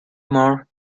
moore